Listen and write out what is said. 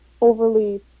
overly